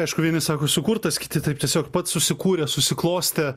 aišku vieni sako sukurtas kiti taip tiesiog pats susikūrė susiklostė